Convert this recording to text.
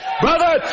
Brother